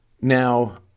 Now